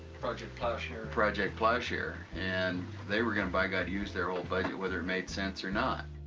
project plowshare? project plowshare. and they were gonna by god use their whole budget whether it made sense or not.